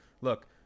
look